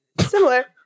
similar